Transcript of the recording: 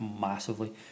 massively